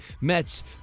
Mets